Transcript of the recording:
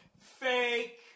fake